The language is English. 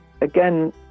again